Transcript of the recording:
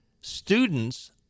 students